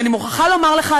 ואני מוכרחה לומר לך,